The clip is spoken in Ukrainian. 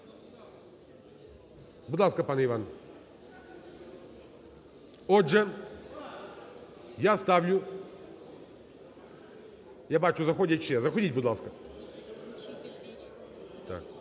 Будь ласка, пане Іван. Отже, я ставлю, я бачу, заходять ще, заходьте, будь ласка. Я